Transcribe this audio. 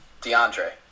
DeAndre